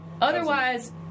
otherwise